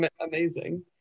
amazing